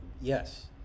yes